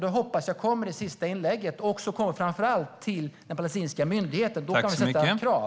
Det hoppas jag kommer i sista inlägget och framför allt till den palestinska myndigheten, för då kan vi ställa krav.